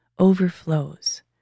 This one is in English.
Overflows